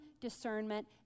discernment